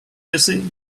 busy